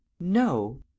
No